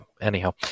Anyhow